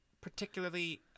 particularly